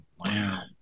Wow